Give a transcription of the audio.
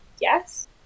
yes